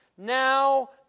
Now